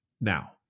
Now